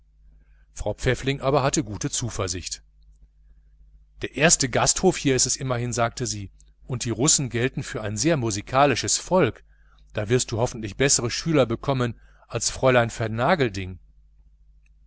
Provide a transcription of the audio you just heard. frau pfäffling hatte aber gute zuversicht das erste hotel hier ist es immerhin sagte sie und die russen gelten für ein sehr musikalisches volk da wirst du hoffentlich bessere schüler bekommen als fräulein